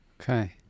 Okay